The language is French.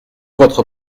votre